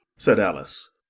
said alice,